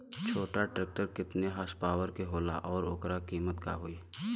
छोटा ट्रेक्टर केतने हॉर्सपावर के होला और ओकर कीमत का होई?